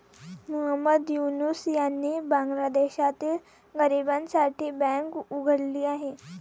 मोहम्मद युनूस यांनी बांगलादेशातील गरिबांसाठी बँक उघडली आहे